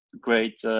great